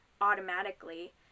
automatically